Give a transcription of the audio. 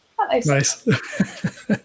nice